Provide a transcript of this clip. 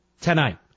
tonight